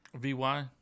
Vy